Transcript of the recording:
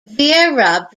vera